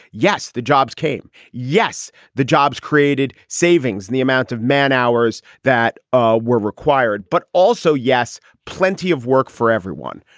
yes, the jobs came. yes, the jobs created savings and the amount of man hours that ah were required. but also, yes, plenty of work foreveryone.